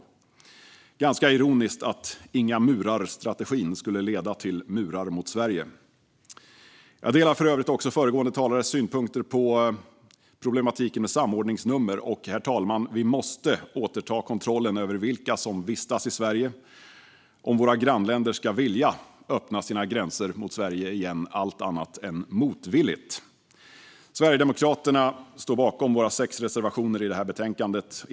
Det är ganska ironiskt att inga murar-strategin skulle leda till murar mot Sverige. Jag delar för övrigt föregående talares synpunkter på problematiken med samordningsnummer. Vi måste, herr talman, återta kontrollen över vilka som vistas i Sverige om våra grannländer ska vilja öppna sina gränser mot Sverige igen, annat än motvilligt. Sverigedemokraterna står bakom våra sex reservationer i detta betänkande.